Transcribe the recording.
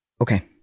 okay